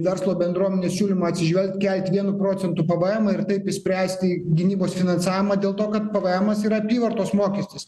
verslo bendruomenės siūlymą atsižvelgt kelti vienu procentu pvemą ir taip išspręsti gynybos finansavimą dėl to kad pvemas yra apyvartos mokestis